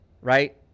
right